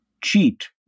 cheat